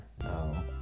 No